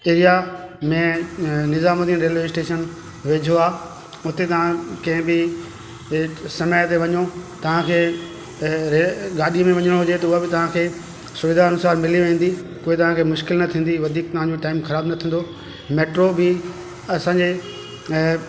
area में Nizamuddin railway station वेझो आहे हुते तव्हां कंहिं बि हेठि समय ते वञो तव्हांखे गाॾी में वण्णोयि हुजे त उहा बि तव्हांखे सुविधा अनुसार मिली वेंदी कोई तव्हांखे मुश्किल न थींदी वधीक तव्हांजो टाइम ख़राब न थींदो मैट्रो बि असांजे ऐं